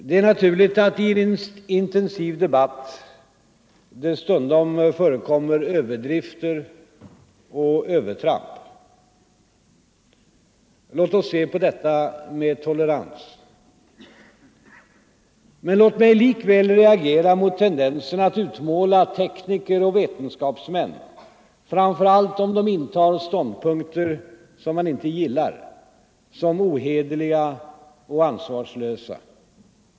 Det är naturligt att i en intensiv debatt det stundom förekommer överdrifter och övertramp. Låt oss se på detta med tolerans. Men låt mig likväl reagera mot tendensen att utmåla tekniker och vetenskapsmän, framför allt om de intar ståndpunkter man inte gillar, som ohederliga och ansvarslösa.